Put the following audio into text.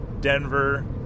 Denver